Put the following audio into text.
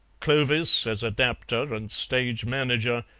clovis, as adapter and stage-manager,